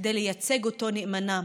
כדי לייצג אותו נאמנה,